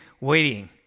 waiting